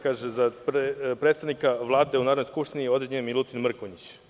Kaže – za predstavnike Vlade u Narodnoj skupštini određen je Milutin Mrkonjić.